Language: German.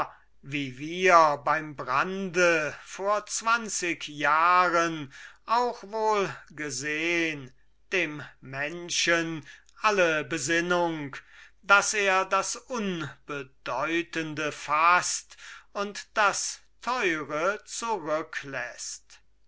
wie wir beim brande vor zwanzig jahren auch wohl gesehn dem menschen alle besinnung daß er das unbedeutende faßt und das teure